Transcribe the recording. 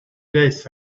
days